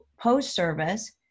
post-service